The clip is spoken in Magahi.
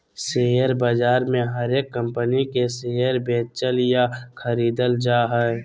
शेयर बाजार मे हरेक कम्पनी के शेयर बेचल या खरीदल जा हय